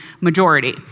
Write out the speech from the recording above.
majority